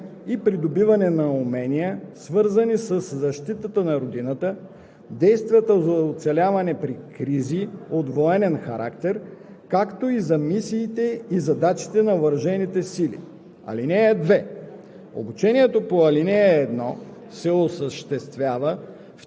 Гражданите на Република България в двата етапа за придобиване на средно образование се обучават за усвояване на знания и придобиване на умения, свързани със защитата на родината, действията за оцеляване при кризи от военен характер,